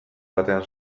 batean